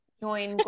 join